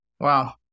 Wow